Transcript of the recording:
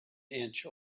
inch